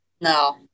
No